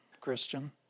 Christian